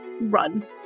run